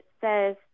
says